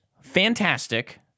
fantastic